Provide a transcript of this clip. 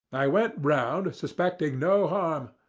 i went round, suspecting no harm,